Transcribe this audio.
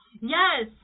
yes